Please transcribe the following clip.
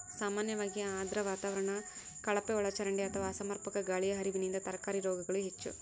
ಸಾಮಾನ್ಯವಾಗಿ ಆರ್ದ್ರ ವಾತಾವರಣ ಕಳಪೆಒಳಚರಂಡಿ ಅಥವಾ ಅಸಮರ್ಪಕ ಗಾಳಿಯ ಹರಿವಿನಿಂದ ತರಕಾರಿ ರೋಗಗಳು ಹೆಚ್ಚು